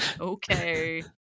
Okay